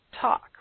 talk